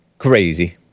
Crazy